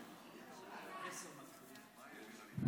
אני ראיתי את שר הדתות כאן מדבר היום,